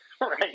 right